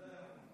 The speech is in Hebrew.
תודה, כבוד